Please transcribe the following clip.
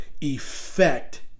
effect